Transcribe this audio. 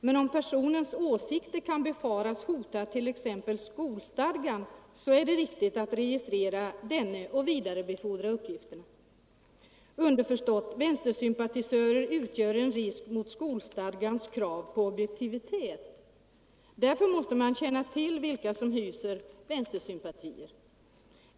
Men om personens åsikter kan befaras hota t.ex. skolstadgan är det riktigt att registrera denne och vidarebefordra uppgifterna. Underförstått: Vänstersympatisörer utgör en risk mot skolstadgans krav på objektivitet, och därför måste man känna till vilka som hyser vänstersympatier.